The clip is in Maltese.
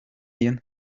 jien